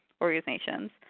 organizations